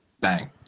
bang